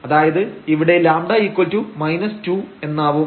അതായത് ഇവിടെ λ 2 എന്നാവും